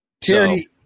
Terry